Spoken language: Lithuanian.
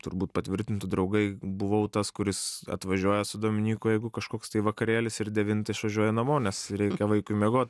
turbūt patvirtintų draugai buvau tas kuris atvažiuoja su dominyku jeigu kažkoks tai vakarėlis ir devintą išvažiuoja namo nes reikia vaikui miegot